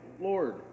Lord